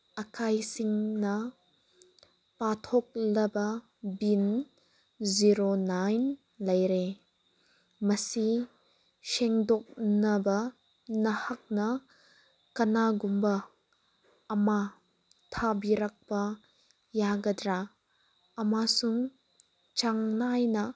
ꯑꯀꯥꯏꯁꯤꯡꯅ ꯄꯥꯊꯣꯛꯂꯕ pin zero nine ꯂꯩꯔꯦ ꯃꯁꯤ ꯁꯦꯡꯗꯣꯛꯅꯕ ꯅꯍꯥꯛꯅ ꯀꯅꯥꯒꯨꯝꯕ ꯑꯃ ꯊꯥꯕꯤꯔꯛꯄ ꯌꯥꯒꯗ꯭ꯔꯥ ꯑꯃꯁꯨꯡ ꯆꯥꯡ ꯅꯥꯏꯅ